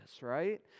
right